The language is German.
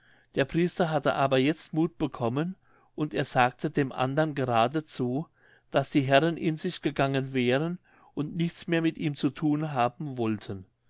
der priester hatte aber jetzt muth bekommen und er sagte dem andern geradezu daß die herren in sich gegangen wären und nichts mehr mit ihm zu thun haben wollten